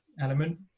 element